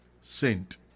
saint